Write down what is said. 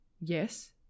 Yes